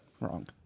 Wrong